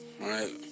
right